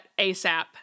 ASAP